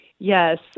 Yes